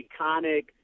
iconic